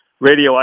radio